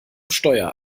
steuer